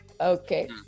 Okay